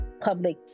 public